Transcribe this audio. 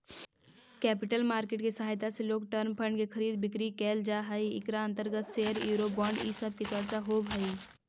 capital market के सहायता से लोंग टर्म फंड के खरीद बिक्री कैल जा हई इकरा अंतर्गत शेयर यूरो बोंड इ सब के चर्चा होवऽ हई